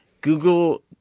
Google